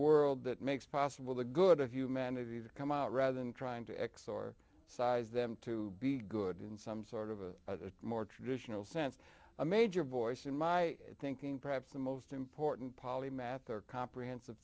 world that makes possible the good of humanity to come out rather than trying to x or size them to be good in some sort of a more traditional sense a major voice in my thinking perhaps the most important polymath or comprehensive